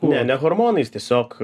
ne ne hormonais tiesiog